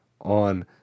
on